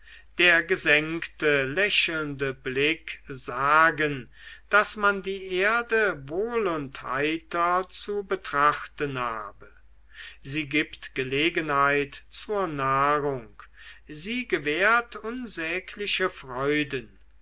der gesenkte lächelnde blick sagen daß man die erde wohl und heiter zu betrachten habe sie gibt gelegenheit zur nahrung sie gewährt unsägliche freuden